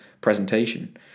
presentation